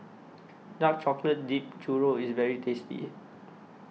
Dark Chocolate Dipped Churro IS very tasty